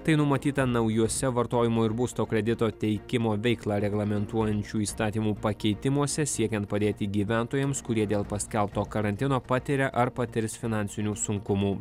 tai numatyta naujuose vartojimo ir būsto kredito teikimo veiklą reglamentuojančių įstatymų pakeitimuose siekiant padėti gyventojams kurie dėl paskelbto karantino patiria ar patirs finansinių sunkumų